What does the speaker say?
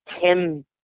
Tim